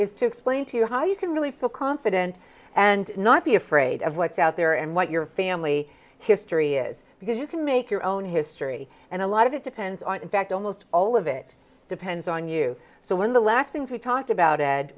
is to explain to you how you can really feel confident and not be afraid of what's out there and what your family history is because you can make your own history and a lot of it depends on in fact almost all of it depends on you so when the last things we talked about